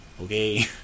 Okay